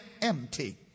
empty